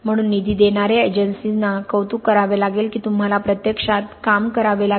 म्हणून निधी देणार्या एजन्सींना कौतुक करावे लागेल की तुम्हाला प्रत्यक्षात काम करावे लागेल